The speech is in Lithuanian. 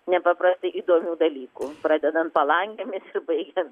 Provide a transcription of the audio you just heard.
nepaprastai įdomių dalykų pradedant palangėmis ir baigiant